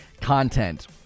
content